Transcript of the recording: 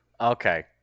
Okay